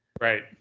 right